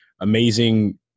amazing